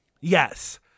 Yes